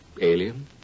Alien